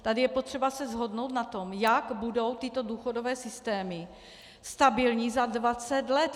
Tady je potřeba se shodnout na tom, jak budou tyto důchodové systémy stabilní za dvacet let!